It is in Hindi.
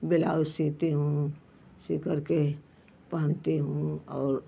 बिलाउज सीती हूँ सीकर के पहनती हूँ और